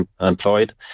employed